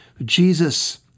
Jesus